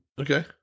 Okay